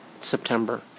September